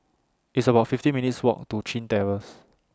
It's about fifteen minutes' Walk to Chin Terrace